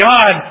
God